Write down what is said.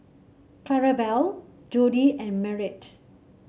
Clarabelle Jody and Merritt